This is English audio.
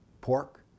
pork